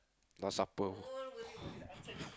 no supper